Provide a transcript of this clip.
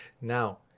now